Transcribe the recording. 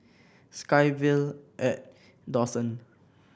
SkyVille at Dawson